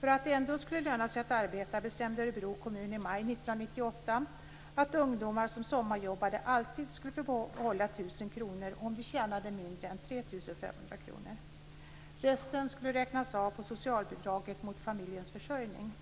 För att det ändå skulle löna sig att arbeta bestämde Örebro kommun i maj 1998 att ungdomar som sommarjobbade alltid skulle få behålla 1 000 kr om de tjänade mindre än 3 500 kr. Resten skulle räknas av på socialbidraget mot familjens försörjning